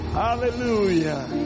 Hallelujah